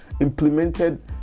implemented